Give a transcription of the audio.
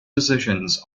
decisions